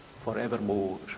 forevermore